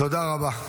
תודה רבה.